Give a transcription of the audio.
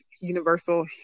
universal